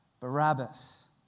Barabbas